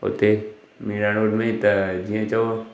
उते मीना रोड में त जीअं चओ